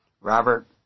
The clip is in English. Robert